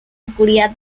oscuridad